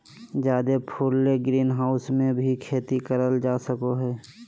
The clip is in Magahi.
जादे फूल ले ग्रीनहाऊस मे भी खेती करल जा सको हय